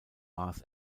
mars